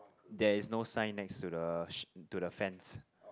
there is no sign next to the sh~ to the fence